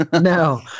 No